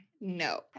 no